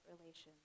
relations